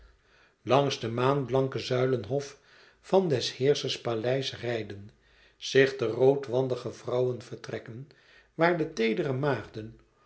langs den maanblanken zuilenhof van des heerschers paleis rijden zich de roodwandige vrouwenvertrekken waar de teedere maagden